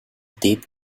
deep